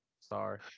Sorry